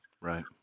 Right